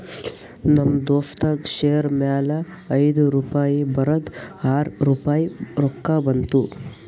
ನಮ್ ದೋಸ್ತಗ್ ಶೇರ್ ಮ್ಯಾಲ ಐಯ್ದು ರುಪಾಯಿ ಬರದ್ ಆರ್ ರುಪಾಯಿ ರೊಕ್ಕಾ ಬಂತು